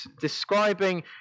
describing